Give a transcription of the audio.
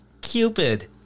Cupid